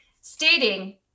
stating